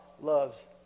loves